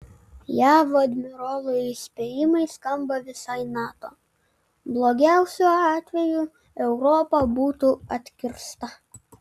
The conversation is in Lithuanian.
jav admirolo įspėjimai skamba visai nato blogiausiu atveju europa būtų atkirsta